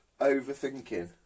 overthinking